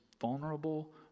vulnerable